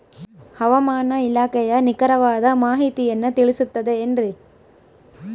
ಹವಮಾನ ಇಲಾಖೆಯ ನಿಖರವಾದ ಮಾಹಿತಿಯನ್ನ ತಿಳಿಸುತ್ತದೆ ಎನ್ರಿ?